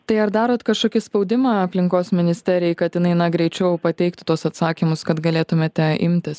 tai ar darot kažkokį spaudimą aplinkos ministerijai kad jinai na greičiau pateiktų tuos atsakymus kad galėtumėte imtis